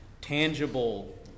tangible